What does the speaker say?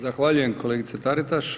Zahvaljujem kolegice Taritaš.